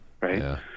right